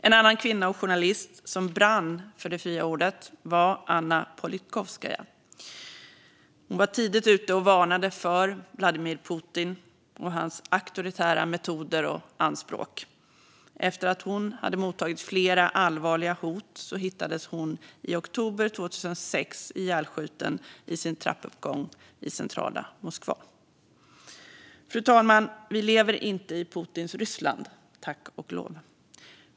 En annan kvinna och journalist som brann för det fria ordet var Anna Politkovskaja. Hon var tidigt ute och varnade för Vladimir Putin och hans auktoritära metoder och anspråk. Efter att hon hade mottagit flera allvarliga hot hittades hon i oktober 2006 ihjälskjuten i sin trappuppgång i centrala Moskva. Fru talman! Vi lever inte i Putins Ryssland - tack och lov.